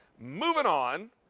moving on,